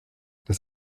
das